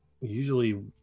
usually